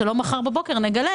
כדי שלא נגלה מחר בבוקר שחשבנו,